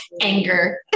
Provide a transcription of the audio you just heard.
anger